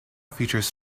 features